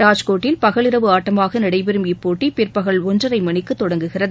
ராஜ்கோட்டில் பகல் இரவு ஆட்டமாகநடைபெறும் இப்போட்டிபிற்பகல் ஒன்றைமணிக்குதொடங்குகிறது